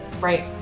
right